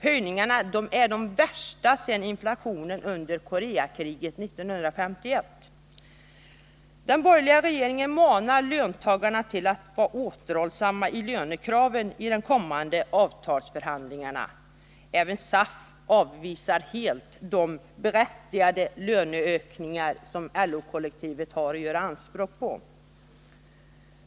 Höjningarna är de värsta sedan inflationen under Koreakriget 1951, Den borgerliga regeringen manar löntagarna att vara återhållsamma i lönekraven i de kommande avtalsförhandlingarna. Även SAF avvisar helt de berättigade löneökningar som LO-kollektivet har att göra anspråk på.